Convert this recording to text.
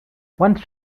once